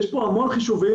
יש פה המון חישובים,